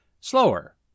Slower